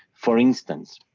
for instance,